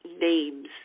names